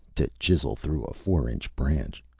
to chisel through a four-inch branch,